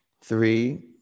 three